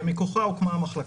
ומכוחה הוקמה המחלקה.